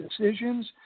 decisions